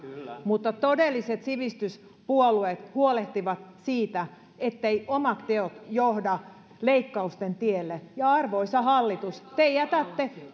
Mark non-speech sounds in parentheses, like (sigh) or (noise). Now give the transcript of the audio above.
mutta todelliset sivistyspuolueet huolehtivat siitä etteivät omat teot johda leikkausten tielle ja arvoisa hallitus te jätätte (unintelligible)